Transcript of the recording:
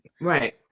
Right